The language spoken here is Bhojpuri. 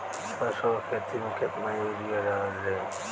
सरसों के खेती में केतना यूरिया डालल जाई?